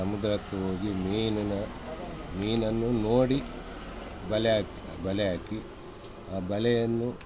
ಸಮುದ್ರಕ್ಕೆ ಹೋಗಿ ಮೀನಿನ ಮೀನನ್ನು ನೋಡಿ ಬಲೆ ಹಾಕ್ ಬಲೆ ಹಾಕಿ ಆ ಬಲೆಯನ್ನು